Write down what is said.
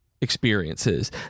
experiences